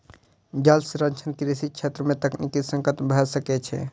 जल संरक्षण कृषि छेत्र में तकनीकी संकट भ सकै छै